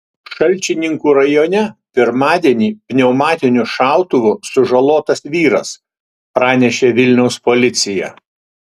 šalčininkų rajone pirmadienį pneumatiniu šautuvu sužalotas vyras pranešė vilniaus policija